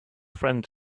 friends